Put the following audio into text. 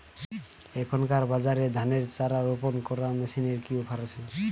এখনকার বাজারে ধানের চারা রোপন করা মেশিনের কি অফার আছে?